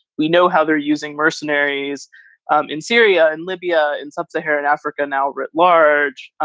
we know how they're using mercenaries um in syria and libya, in sub-saharan africa now writ large.